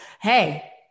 hey